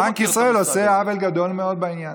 אז בנק ישראל עושה עוול גדול מאוד בעניין.